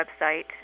website